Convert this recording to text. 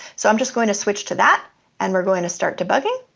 so i'm just going to switch to that and we're going to start debugging.